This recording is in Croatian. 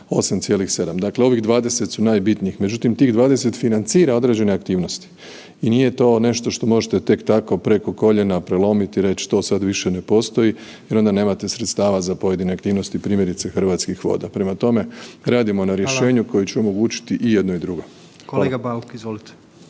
se. Dakle ovih 20 je najbitnijih. Međutim, tih 20 financira određene aktivnosti. I nije to nešto što možete tek tako preko koljena prelomiti i reći to sad više ne postoji jer onda nemate sredstava za pojedine aktivnosti, primjerice, Hrvatskih voda. Prema tome, radimo na rješenju .../Upadica predsjednik: